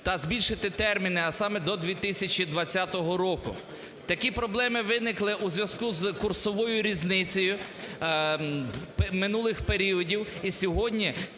та збільшити терміни, а саме до 2020 року. Такі проблеми виникли у зв'язку з курсовою різницею минулих періодів, і сьогодні